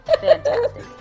Fantastic